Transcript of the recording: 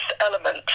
element